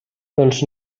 doncs